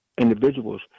individuals